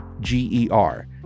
G-E-R